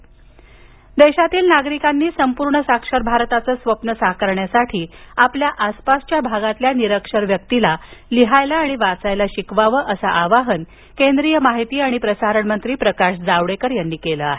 जावडेकर देशातील नागरिकांनी संपूर्ण साक्षर भारताच स्वप्न साकारण्यासाठी आपल्या आसपासच्या भागातील निरक्षर व्यक्तीला लिहायला आणि वाचायला शिकवावं असं आवाहन केंद्रीय माहिती आणि प्रसारणमंत्री प्रकाश जावडेकर यांनी केलं आहे